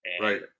right